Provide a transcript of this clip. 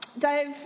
Dave